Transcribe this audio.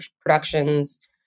productions